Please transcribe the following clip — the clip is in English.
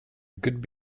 good